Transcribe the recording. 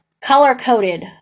color-coded